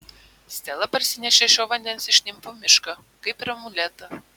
stela parsinešė šio vandens iš nimfų miško kaip ir amuletą